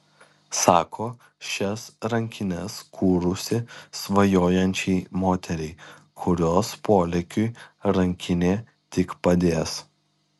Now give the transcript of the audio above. sako šias rankines kūrusi svajojančiai moteriai kurios polėkiui rankinė tik padės